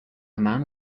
man